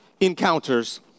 encounters